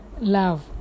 love